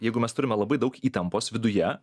jeigu mes turime labai daug įtampos viduje